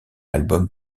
album